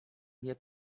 nie